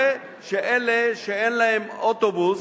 אלה שאין להם אוטובוס,